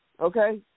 Okay